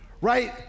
right